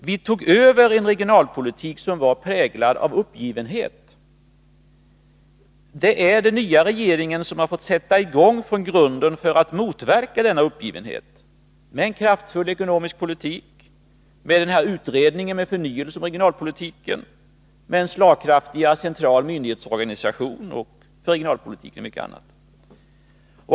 Vi tog över en regionalpolitik som var präglad av uppgivenhet. Det är den nya regeringen som har fått sätta i gång från grunden för att motverka denna uppgivenhet, med en kraftfull ekonomisk politik, en utredning om förnyelse av regionalpolitiken, en slagkraftigare central myndighetsorganisation för regionalpolitik och mycket annat.